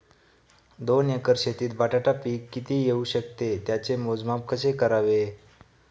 दोन एकर शेतीत बटाटा पीक किती येवू शकते? त्याचे मोजमाप कसे करावे?